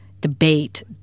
debate